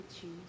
choose